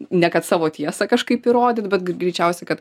ne kad savo tiesą kažkaip įrodyt bet greičiausiai kad